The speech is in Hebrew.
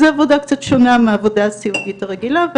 זה עבודה קצת שונה מהעבודה הסיעודית הרגילה,